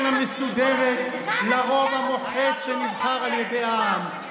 המסודרת לרוב המוחץ שנבחר על ידי העם.